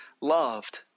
loved